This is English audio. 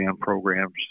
programs